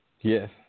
Yes